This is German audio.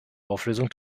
auflösung